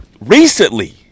recently